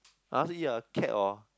I also eat a cat or